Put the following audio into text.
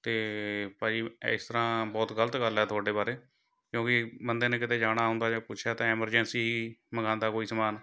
ਅਤੇ ਭਾਅ ਜੀ ਇਸ ਤਰ੍ਹਾਂ ਬਹੁਤ ਗ਼ਲਤ ਗੱਲ ਹੈ ਤੁਹਾਡੇ ਬਾਰੇ ਕਿਉਂਕਿ ਬੰਦੇ ਨੇ ਕਿਤੇ ਜਾਣਾ ਹੁੰਦਾ ਜਾਂ ਕੁਝ ਹੈ ਤਾਂ ਐਮਰਜੈਂਸੀ ਹੀ ਮੰਗਾਉਂਦਾ ਕੋਈ ਸਮਾਨ